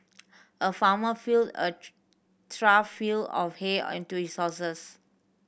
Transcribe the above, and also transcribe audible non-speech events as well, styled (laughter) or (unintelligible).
a farmer filled a (unintelligible) trough feel of hay (unintelligible) his horses